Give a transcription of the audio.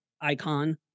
icon